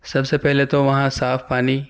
سب سے پہلے تو وہاں صاف پانی